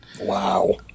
wow